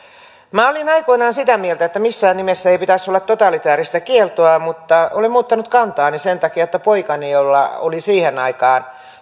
minä olin aikoinaan sitä mieltä että missään nimessä ei pitäisi olla totalitaarista kieltoa mutta olen muuttanut kantaani sen takia että poikani jolla oli siihen aikaan